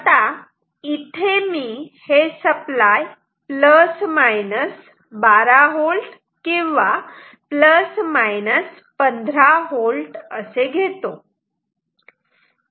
आता इथे मी हे सप्लाय प्लस मायनस 12V किंवा प्लस मायनस 15V असे घेतो